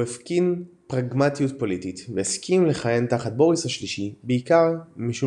הוא הפגין פרגמטיות פוליטית והסכים לכהן תחת בוריס השלישי בעיקר משום